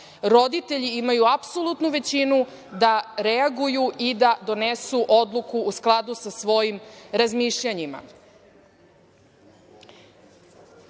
roditelji imaju apsolutnu većinu da reaguju i da donesu odluku u skladu sa svojim razmišljanjima. Koristim